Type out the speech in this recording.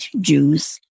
Jews